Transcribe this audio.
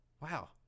Wow